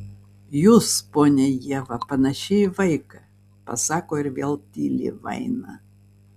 jūs ponia ieva panaši į vaiką pasako ir vėl tyli vaina